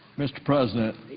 mr. president,